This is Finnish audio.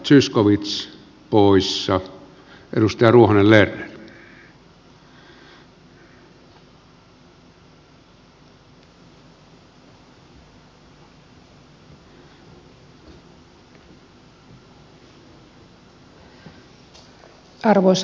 arvoisa herra puhemies